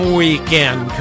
weekend